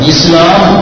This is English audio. Islam